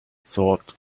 thought